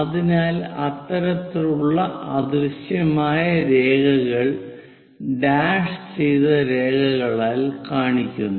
അതിനാൽ അത്തരത്തിലുള്ള അദൃശ്യമായ രേഖകൾ ഡാഷ് ചെയ്ത രേഖകളാൽ കാണിക്കുന്നു